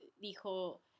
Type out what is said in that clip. dijo